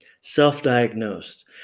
Self-diagnosed